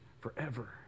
forever